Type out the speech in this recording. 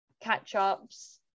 catch-ups